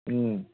ꯎꯝ